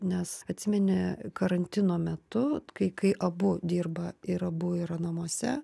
nes atsimeni karantino metu kai kai abu dirba ir abu yra namuose